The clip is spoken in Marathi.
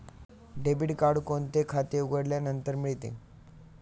डेबिट कार्ड कोणते खाते उघडल्यानंतर मिळते?